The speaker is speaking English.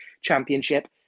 Championship